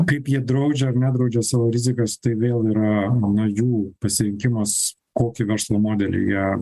kaip jie draudžia ar nedraudžiau savo rizikas tai vėl yra na jų pasirinkimas kokį verslo modelį jie